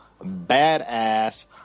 badass